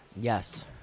Yes